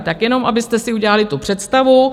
Tak jenom abyste si udělali představu.